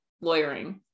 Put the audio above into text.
lawyering